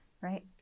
Right